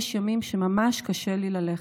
יש ימים שממש קשה לי ללכת.